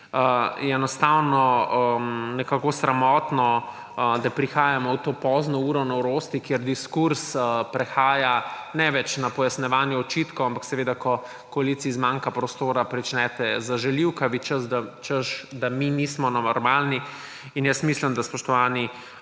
je enostavno nekako sramotno, da prihajamo v to pozno uro norosti, kjer diskurz ne prehaja več na pojasnjevanje očitkov, ampak seveda, ko koaliciji zmanjka prostora, pričnete z žaljivkami, češ da mi nismo normalni. In jaz mislim, da – spoštovani